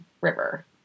River